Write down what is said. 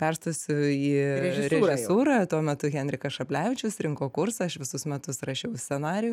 perstosiu į režisūrą tuo metu henrikas šablevičius rinko kursą aš visus metus rašiau scenarijų